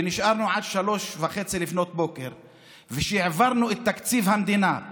שנשארנו עד 03:30, העברנו את תקציב המדינה.